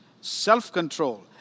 self-control